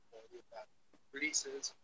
releases